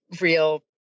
real